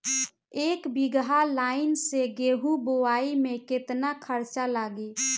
एक बीगहा लाईन से गेहूं बोआई में केतना खर्चा लागी?